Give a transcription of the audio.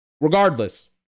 Regardless